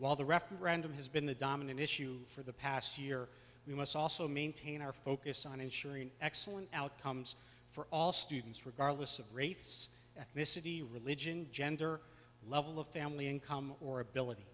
while the referendum has been the dominant issue for the past year we must also maintain our focus on ensuring excellent outcomes for all students regardless of race ethnicity religion gender level of family income or ability